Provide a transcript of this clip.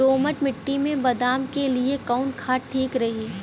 दोमट मिट्टी मे बादाम के लिए कवन खाद ठीक रही?